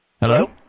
Hello